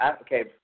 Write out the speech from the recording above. Okay